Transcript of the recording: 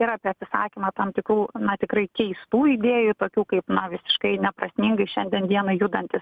ir apie atsisakymą tam tikrų na tikrai keistų idėjų tokių kaip na visiškai neprasmingai šiandien dieną judantis